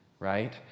right